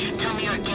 tell me you're